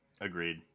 Agreed